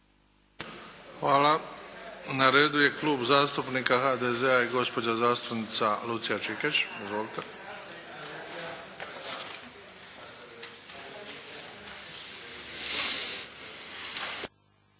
Hvala. Na redu je Klub zastupnika HDZ-a i gospođa zastupnica Lucija Čikeš. Izvolite!